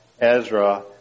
Ezra